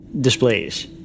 displays